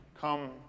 come